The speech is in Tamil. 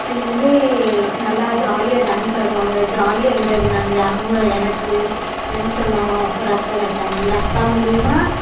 பின் இது நல்லா ஜாலியாக டான்ஸ் ஆடுவாங்க ஜாலியாக என்ஜாய் பண்ணாங்க அங்கே எனக்கு ஃப்ரெண்ட்ஸ்னால் ஒரு அக்கா கிடைச்சாங்க அந்த அக்கா மூலயமா